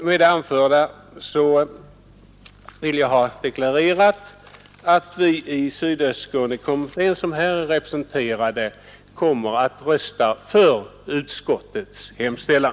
Med det anförda vill jag ha deklarerat att vi som tillhör Sydöstskånekommittén kommer att rösta för utskottets hemställan.